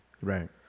Right